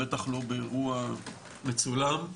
בטח לא באירוע מצולם,